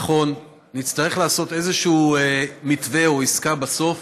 נכון, נצטרך לעשות איזשהו מתווה או עסקה בסוף